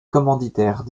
commanditaires